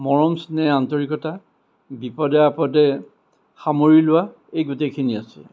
মৰম স্নেহ আন্তৰিকতা বিপদে আপদে সামৰি লোৱা এই গোটেইখিনি আছে